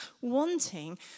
wanting